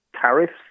tariffs